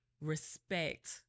respect